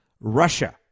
Russia